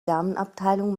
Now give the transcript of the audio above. damenabteilung